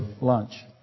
lunch